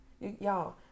Y'all